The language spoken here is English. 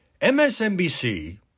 MSNBC